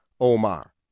Omar